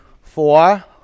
Four